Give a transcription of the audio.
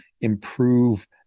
improve